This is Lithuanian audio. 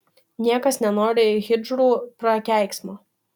niekas nenori hidžrų prakeiksmo